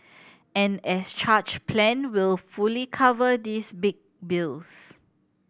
an as charged plan will fully cover these big bills